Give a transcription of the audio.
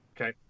Okay